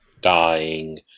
dying